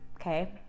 Okay